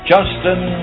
Justin